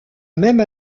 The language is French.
même